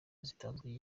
yatanzwe